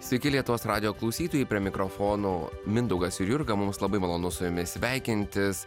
sveiki lietuvos radijo klausytojai prie mikrofonų mindaugas ir jurga mums labai malonu su jumis sveikintis